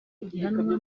gihanwa